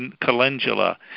calendula